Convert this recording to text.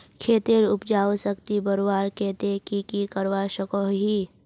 खेतेर उपजाऊ शक्ति बढ़वार केते की की करवा सकोहो ही?